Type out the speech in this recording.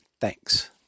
thanks